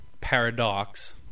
paradox